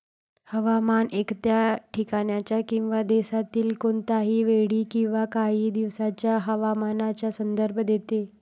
हवामान एखाद्या ठिकाणाच्या किंवा देशातील कोणत्याही वेळी किंवा काही दिवसांच्या हवामानाचा संदर्भ देते